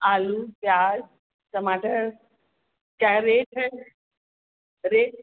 आलू प्याज़ टमाटर क्या रेट है रेट